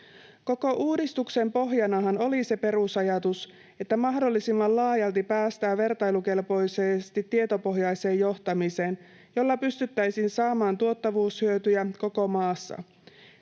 Koko uudistuksen pohjanahan oli se perusajatus, että mahdollisimman laajalti päästään vertailukelpoisesti tietopohjaiseen johtamiseen, jolla pystyttäisiin saamaan tuottavuushyötyjä koko maassa.